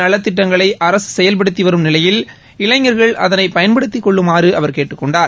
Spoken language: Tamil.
நலத்திட்டங்களை அரசு செயல்படுத்தி வரும் நிலையில் இளைஞர்கள் அதனை பயன்படுத்திக் கொள்ளுமாறு அவர் கேட்டுக் கொண்டார்